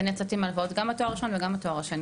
אני יצאתי עם הלוואות גם בתואר הראשון וגם בתואר השני,